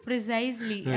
Precisely